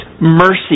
mercy